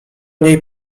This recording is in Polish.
niej